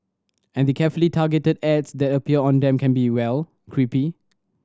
and the carefully targeted ads that appear on them can be well creepy